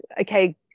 okay